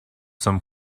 some